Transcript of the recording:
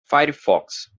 firefox